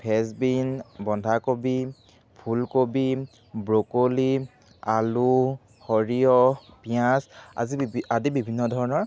French bean বন্ধাকবি ফুলকবি broccoli আলু সৰিয়হ পিঁয়াজ আজি আদি বিভিন্ন ধৰণৰ